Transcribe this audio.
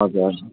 हजुर